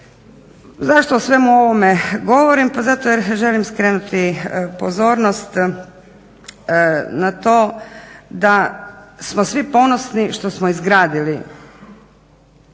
Zašto o svemu ovome govorim? Pa zato jer želim skrenuti pozornost na to da smo svi ponosni što smo izgradili